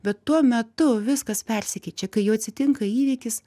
bet tuo metu viskas persikeičia kai jau atsitinka įvykis